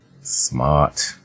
Smart